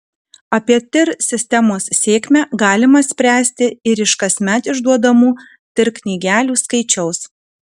apie tir sistemos sėkmę galima spręsti ir iš kasmet išduodamų tir knygelių skaičiaus